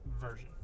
version